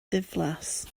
ddiflas